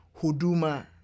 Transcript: Huduma